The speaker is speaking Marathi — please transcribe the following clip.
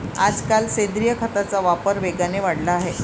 आजकाल सेंद्रिय खताचा वापर वेगाने वाढला आहे